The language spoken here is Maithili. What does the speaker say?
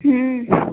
ह्म्म